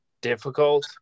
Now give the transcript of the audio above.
difficult